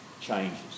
changes